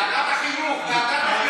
לוועדת החינוך.